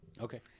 Okay